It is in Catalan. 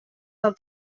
del